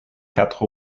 quatre